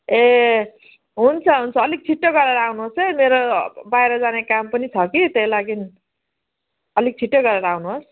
ए हुन्छ हुन्छ अलिक छिट्टै गरेर आउनुहोसै मेरो बाहिर जाने काम पनि छ कि त्यही लागि अलिक छिट्टै गरेर आउनुहोस्